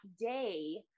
day